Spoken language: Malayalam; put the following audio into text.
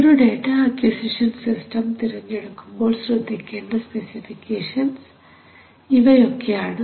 ഒരു ഡേറ്റ അക്വിസിഷൻ സിസ്റ്റം തിരഞ്ഞെടുക്കുമ്പോൾ ശ്രദ്ധിക്കേണ്ട സ്പെസിഫിക്കേഷൻസ് ഇവയൊക്കെയാണ്